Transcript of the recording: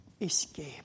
escape